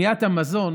עלויות המזון